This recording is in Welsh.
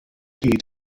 hyd